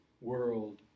world